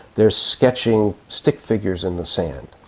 they are sketching stick figures in the sand.